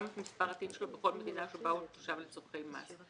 גם את מספר ה-TIN שלו בכל מדינה שבה הוא תושב לצרכי מס;